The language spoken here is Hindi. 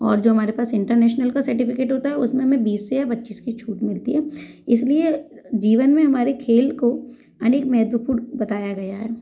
और जो हमारे पास इंटरनेशनल का सर्टिफिकेट होता है उसमें हमें बीस से पच्चीस की छूट मिलती है इसलिए जीवन में हमारे खेल को अनेक महत्वपूर्ण बताया गया है